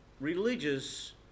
Religious